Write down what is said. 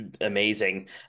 Amazing